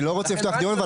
אני לא רוצה לפתוח דיון.